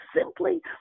simply